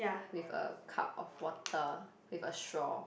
with a cup of water with a straw